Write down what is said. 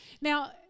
Now